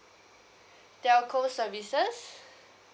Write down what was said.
telco services